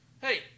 Hey